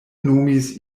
nomis